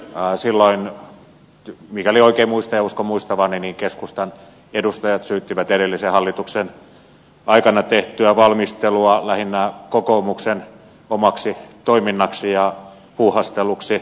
silloin mikäli oikein muistan ja uskon muistavani keskustan edustajat syyttivät edellisen hallituksen aikana tehtyä valmistelua lähinnä kokoomuksen omaksi toiminnaksi ja puuhasteluksi